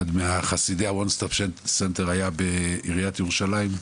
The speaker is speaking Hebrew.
מחסידי ה-one stop center היה בעיריית ירושלים,